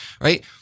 right